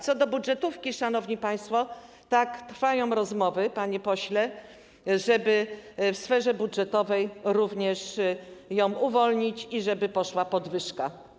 Co do budżetówki, szanowni państwo, to trwają rozmowy - tak, panie pośle - żeby w sferze budżetowej również ją uwolnić i żeby była podwyżka.